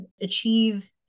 achieve